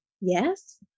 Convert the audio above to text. Yes